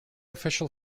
official